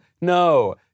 No